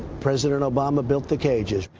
president obama built the cages.